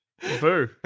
Boo